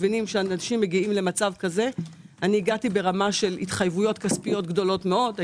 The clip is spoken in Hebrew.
הגעתי לרמה של התחייבויות כספיות גדולות מאוד,